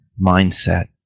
mindset